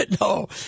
No